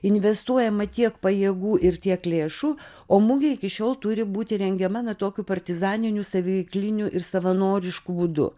investuojama tiek pajėgų ir tiek lėšų o mugė iki šiol turi būti rengiama na tokiu partizaniniu saviveikliniu ir savanorišku būdu